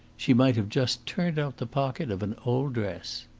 she might have just turned out the pocket of an old dress.